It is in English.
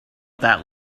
that